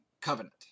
covenant